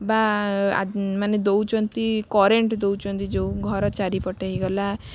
ବା ମାନେ ଦେଉଛନ୍ତି କରେଣ୍ଟ ଦେଉଛନ୍ତି ଯୋଉ ଘର ଚାରିପଟେ ହେଇଗଲା